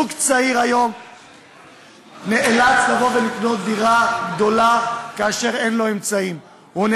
בשנת 1997 נבנו 13,000 דירות שלושה חדרים, ואילו